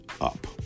up